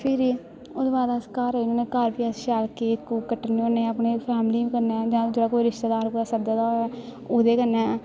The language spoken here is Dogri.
फिरी ओहदे बाद अस घर आई जन्ने होन्ने घर बी अस शैल केक कूक कट्टने होन्ने अपने फैमली कन्नै जां जेह्ड़ा कोई रिश्तेदार कुतै सद्दे दा होऐ ओहदे कन्ने